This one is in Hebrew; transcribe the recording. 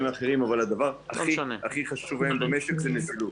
אחרים אבל הבעיה הכי חשובה היום במשק היא נזילות.